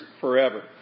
forever